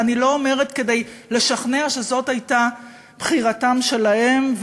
ואני לא אומרת כדי לשכנע שזאת הייתה בחירתם שלהם,